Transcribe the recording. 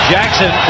Jackson